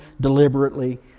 deliberately